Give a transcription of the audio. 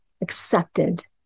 accepted